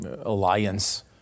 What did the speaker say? alliance